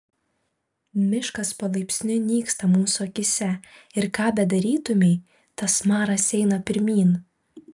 miškas palaipsniui nyksta mūsų akyse ir ką bedarytumei tas maras eina pirmyn